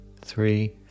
three